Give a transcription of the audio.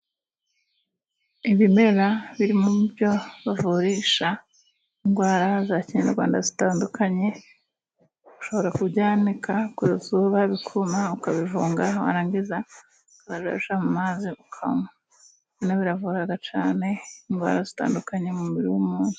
Ibimera biri mu byo bavurisha indwara za kinyarwanda zitandukanye. Ushobora kubyanika ku zuba bikuma, ukabivanga, warangiza akoroshya mazi ukanwa. Ibi biravura cyane indwara zitandukanye mu mubiri w'umuntu.